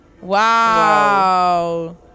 Wow